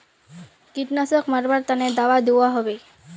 कीटनाशक मरवार तने दाबा दुआहोबे?